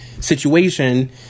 situation